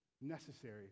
necessary